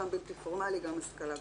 גם בלתי פורמלי וגם השכלה גבוהה.